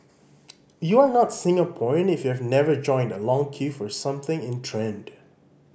you are not Singaporean if you have never joined a long queue for something in trend